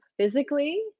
physically